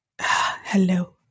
Hello